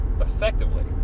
effectively